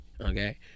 okay